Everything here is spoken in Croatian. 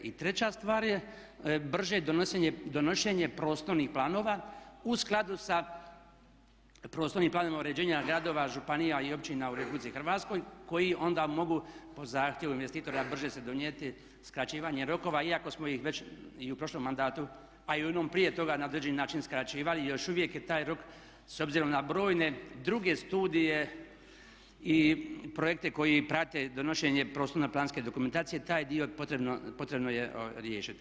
I treća stvar je brže donošenje prostornih planova u skladu sa prostornim planovima uređenja gradova, županija i općina u Republici Hrvatskoj koji onda mogu po zahtjevu investitora brže se donijeti skraćivanje rokova iako smo ih već i u prošlom mandatu a i u onom prije toga na određeni način skraćivali i još uvijek je taj rok s obzirom na brojne druge studije i projekte koji prate donošenje prostorno-planske dokumentacije taj dio je potrebno je riješiti.